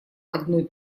одной